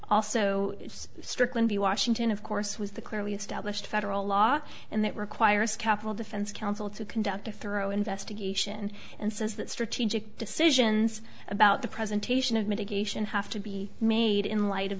the washington of course was the clearly established federal law and that requires capital defense counsel to conduct a thorough investigation and says that strategic decisions about the presentation of mitigation have to be made in light of